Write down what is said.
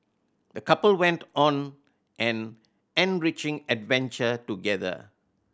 the couple went on an enriching adventure together